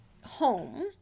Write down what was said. home